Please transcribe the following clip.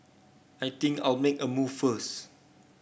I think I'll make a move first